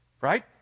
right